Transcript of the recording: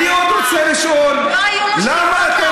לא היו לו שאיפות